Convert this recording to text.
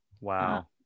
Wow